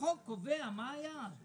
החוק קובע מה היעד.